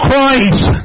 Christ